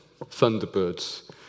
Thunderbirds